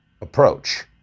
approach